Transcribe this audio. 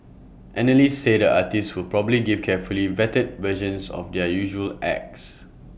analysts say the artists will probably give carefully vetted versions of their usual acts